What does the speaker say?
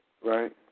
right